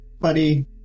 Buddy